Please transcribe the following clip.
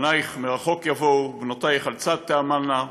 בניך מרחוק יבאו ובנותיך על צד תאמנה".